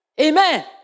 Amen